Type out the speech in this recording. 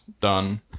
done